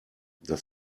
das